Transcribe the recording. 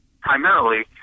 primarily